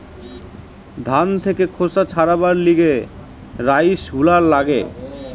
ধান থেকে খোসা ছাড়াবার লিগে রাইস হুলার লাগে